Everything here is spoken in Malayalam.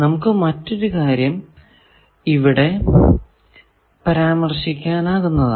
നമുക്ക് മറ്റൊരു കാര്യം ഇവിടെ പരാമർശിക്കാനാകുന്നതാണ്